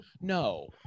No